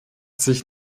sich